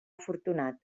afortunat